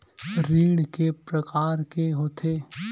ऋण के प्रकार के होथे?